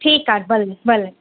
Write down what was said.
ठीकु आहे भले भले